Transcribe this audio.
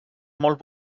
molt